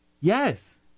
Yes